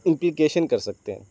implication کر سکتے ہیں